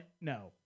No